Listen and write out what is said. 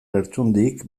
lertxundik